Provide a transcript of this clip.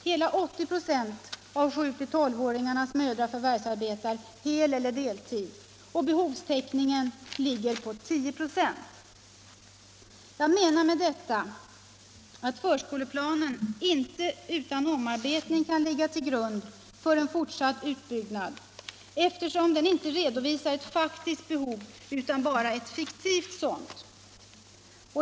Hela 80 96 av 7-12-åringarnas mödrar förvärvsarbetar på heleller deltid och behovstäckningen ligger på 10 96. Jag menar med det sagda att förskoleplanen inte utan omarbetning kan ligga till grund för en fortsatt utbyggnad eftersom den inte redovisar ett faktiskt behov — bara ett fiktivt sådant.